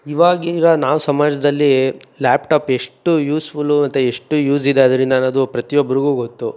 ಇವಾಗಿರೋ ನಾವು ಸಮಾಜದಲ್ಲಿ ಲ್ಯಾಪ್ ಟಾಪ್ ಎಷ್ಟು ಯೂಸ್ ಫುಲ್ಲು ಮತ್ತು ಎಷ್ಟು ಯೂಸಿದೆ ಅದರಿಂದ ಅನ್ನೋದು ಪ್ರತಿಯೊಬ್ರಿಗೂ ಗೊತ್ತು